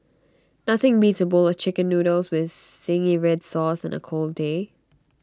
nothing beats A bowl of Chicken Noodles with Zingy Red Sauce on A cold day